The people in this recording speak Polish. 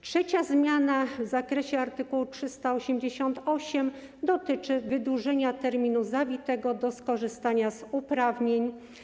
Trzecia zmiana w zakresie art. 388 dotyczy wydłużenia terminu zawitego do skorzystania z uprawnień.